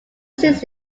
sings